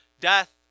death